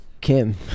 Kim